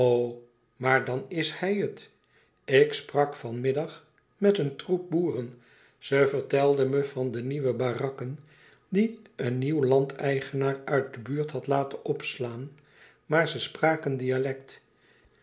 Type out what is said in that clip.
maar dan is hij het ik sprak van middag met een troep boeren ze vertelden me van de nieuwe barakken die een nieuw landeigenaar uit de buurt had laten opslaan maar ze spraken dialect